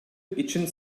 için